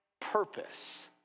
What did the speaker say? purpose